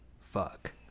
fuck